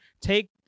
take